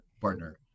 partner